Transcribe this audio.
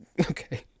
Okay